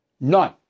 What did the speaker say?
None